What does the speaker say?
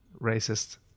racist